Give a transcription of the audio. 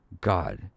God